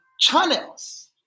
channels